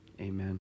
amen